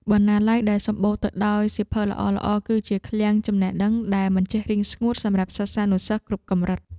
បណ្ណាល័យដែលសំបូរទៅដោយសៀវភៅល្អៗ គឺជាឃ្លាំងចំណេះដឹងដែលមិនចេះរីងស្ងួតសម្រាប់សិស្សានុសិស្សគ្រប់កម្រិត។